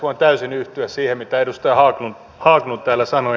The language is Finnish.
voin täysin yhtyä siihen mitä edustaja haglund täällä sanoi